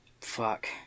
Fuck